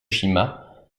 shima